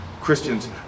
Christians